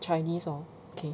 chinese hor okay